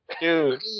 dude